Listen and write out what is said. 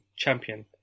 champion